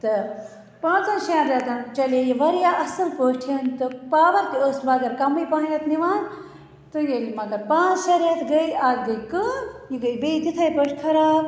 تہٕ پانٛژَن شیٚن ریٚتَن چَلے یہِ واریاہ اصٕل پٲٹھۍ تہٕ پاوَر تہِ ٲسۍ مگر کمٕے پَہم نِوان تہٕ ییٚلہِ مَطلَب پانٛژھ شےٚ ریٚتھ گٔیہِ اَتھ گٔیہِ کٲم یہِ گٔیہِ بیٚیہِ تِتھٕے پٲٹھۍ خَراب